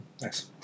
Nice